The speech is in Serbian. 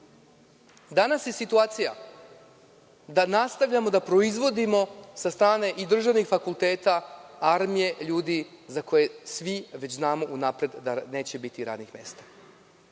Danas je situacija da nastavljamo da proizvodimo sa strane i državnih fakulteta armije ljudi za koje svi već znamo unapred da neće biti radnih mesta.